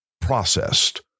processed